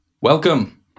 Welcome